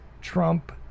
Trump